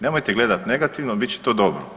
Nemojte gledati negativno, bit će to dobro.